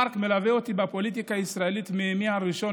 מרק מלווה אותי בפוליטיקה הישראלית מיומי הראשון,